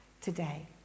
today